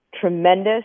Tremendous